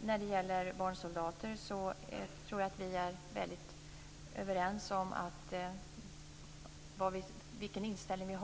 När det gäller barnsoldater är vi väldigt överens i vår inställning.